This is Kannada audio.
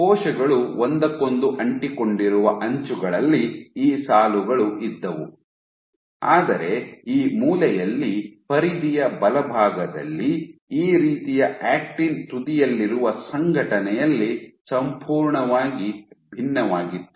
ಕೋಶಗಳು ಒಂದಕ್ಕೊಂದು ಅಂಟಿಕೊಂಡಿರುವ ಅಂಚುಗಳಲ್ಲಿ ಈ ಸಾಲುಗಳು ಇದ್ದವು ಆದರೆ ಈ ಮೂಲೆಯಲ್ಲಿ ಪರಿಧಿಯ ಬಲಭಾಗದಲ್ಲಿ ಈ ರೀತಿಯ ಆಕ್ಟಿನ್ ತುದಿಯಲ್ಲಿರುವ ಸಂಘಟನೆಯಲ್ಲಿ ಸಂಪೂರ್ಣವಾಗಿ ಭಿನ್ನವಾಗಿತ್ತು